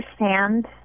understand